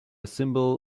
symbol